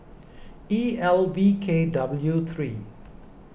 E L V K W three